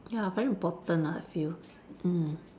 ya very important lah I feel mm